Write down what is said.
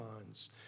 minds